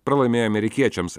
pralaimėjo amerikiečiams